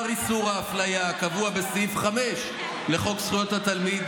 איסור האפליה הקבוע בסעיף 5 לחוק זכויות התלמיד,